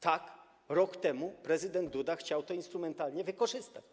Tak, rok temu prezydent Duda chciał to instrumentalnie wykorzystać.